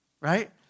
right